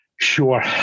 Sure